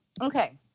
Okay